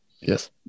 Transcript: Yes